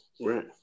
right